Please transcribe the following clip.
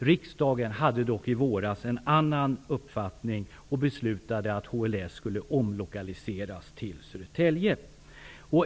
Riksdagen hade dock i våras en annan mening och beslutade att HLS skulle omlokaliseras till Södertälje.